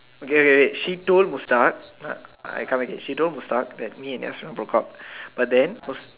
okay okay wait she told Mustad I can't make it she told Mustad that me and Yaz broke up but then